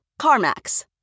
CarMax